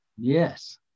Yes